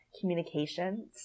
communications